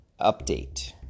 update